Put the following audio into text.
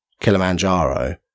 Kilimanjaro